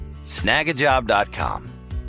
Snagajob.com